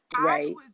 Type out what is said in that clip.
Right